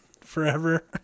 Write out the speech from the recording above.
forever